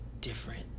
different